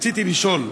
רצוני לשאול: